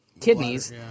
kidneys